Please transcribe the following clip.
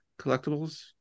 collectibles